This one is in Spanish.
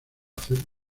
hacer